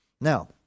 Now